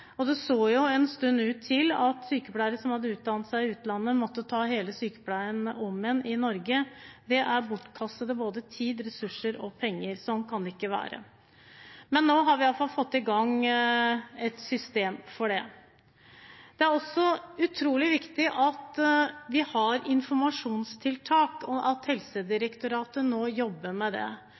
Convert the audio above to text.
Det så en stund ut til at sykepleiere som hadde utdannet seg i utlandet, måtte ta hele sykepleien om igjen i Norge. Det er både bortkastet tid, ressurser og penger. Sånn kan det ikke være. Men nå har vi iallfall fått i gang et system for det. Det er også utrolig viktig at vi har informasjonstiltak, og at Helsedirektoratet nå jobber med det.